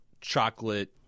chocolate